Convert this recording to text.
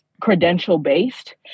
credential-based